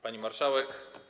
Pani Marszałek!